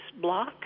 block